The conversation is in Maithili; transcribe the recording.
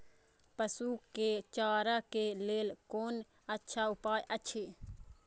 पशु के चारा के लेल कोन अच्छा उपाय अछि?